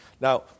now